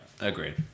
agreed